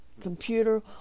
computer